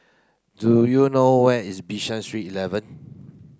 do you know where is Bishan Street eleven